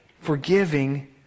forgiving